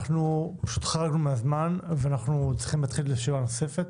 חרגנו מהזמן ואנחנו צריכים להתחיל ישיבה נוספת.